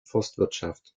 forstwirtschaft